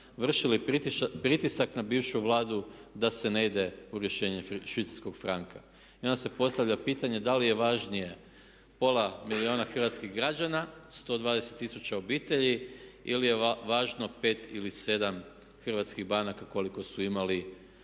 vršili pritisak na bivšu Vladu da se ne ide u rješenje švicarskog franka. I onda se postavlja pitanje da li je važnije pola milijuna hrvatskih građana, 120 tisuća obitelji ili je važno 5 ili 7 hrvatskih banaka koliko su imali